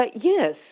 Yes